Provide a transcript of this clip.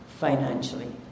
Financially